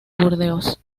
burdeos